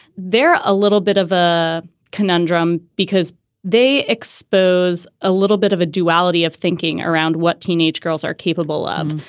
they're a little bit of a conundrum because they expose a little bit of a duality of thinking around what teenage girls are capable of.